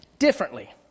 differently